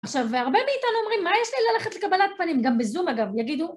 עכשיו, והרבה מאיתנו אומרים, מה יש לי ללכת לקבלת פנים, גם בזום אגב, יגידו...